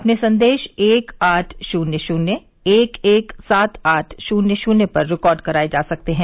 अपने संदेश एक आठ शून्य शून्य एक एक सात आठ शून्य शून्य पर रिकॉर्ड कराए जा सकते हैं